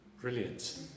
Brilliant